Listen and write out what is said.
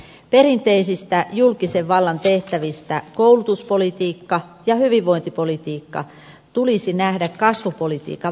perinteisistä julkisen vallan tehtävistä koulutuspolitiikka ja hyvinvointipolitiikka tulisi nähdä kasvupolitiikan välineinä